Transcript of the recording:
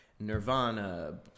Nirvana